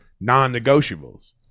non-negotiables